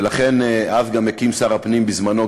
ולכן אז גם הקים שר הפנים בזמנו,